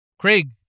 Craig